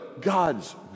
God's